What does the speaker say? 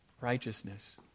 righteousness